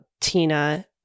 Tina